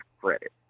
credit